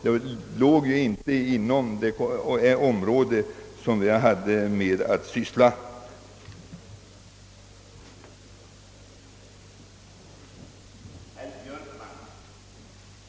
Den senare saken ligger för övrigt inte inom det område som vi just nu hade att syssla med.